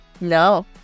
No